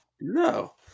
No